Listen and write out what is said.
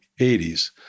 80s